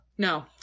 No